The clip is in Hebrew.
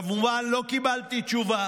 כמובן לא קיבלתי תשובה,